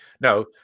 No